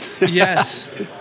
Yes